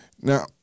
Now